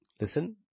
listen